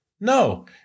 No